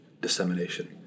dissemination